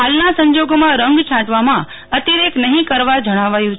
હાલના સંજોગોમાં રંગ છાંટવામાં અતિરિક નહિ કરવા જણાવ્યું છે